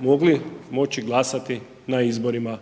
mogli moći glasati na izborima